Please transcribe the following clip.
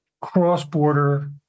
cross-border